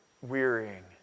Wearying